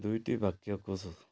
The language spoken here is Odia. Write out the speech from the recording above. ଦୁଇଟି ବାକ୍ୟ କୋଷ